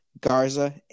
Garza